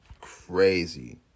Crazy